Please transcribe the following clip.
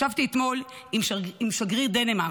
ישבתי אתמול עם שגריר דנמרק.